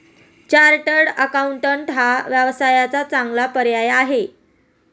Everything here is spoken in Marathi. चार्टर्ड अकाउंटंट हा व्यवसायाचा चांगला पर्याय आहे